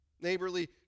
Neighborly